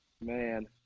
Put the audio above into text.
Man